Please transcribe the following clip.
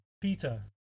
Peter